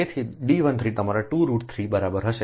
તેથી D 13 તમારી 2 root 3 r બરાબર હશે